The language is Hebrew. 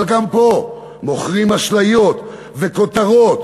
אבל גם פה מוכרים אשליות וכותרות,